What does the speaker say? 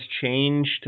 changed